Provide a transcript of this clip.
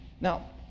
Now